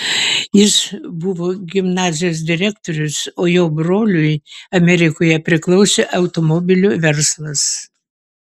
jis buvo gimnazijos direktorius o jo broliui amerikoje priklausė automobilių verslas